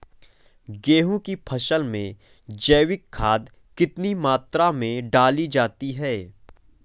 गेहूँ की फसल में जैविक खाद कितनी मात्रा में डाली जाती है?